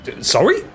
Sorry